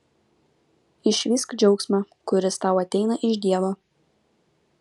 išvysk džiaugsmą kuris tau ateina iš dievo